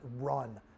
run